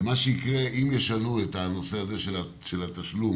ומה שיקרה אם ישנו את הנושא של התשלום,